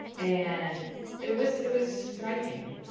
and it was it was striking.